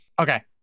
Okay